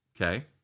Okay